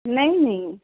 नहीं नहीं